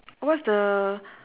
what is the